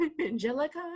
Angelica